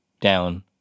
down